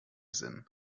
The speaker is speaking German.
sinn